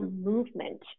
movement